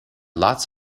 lots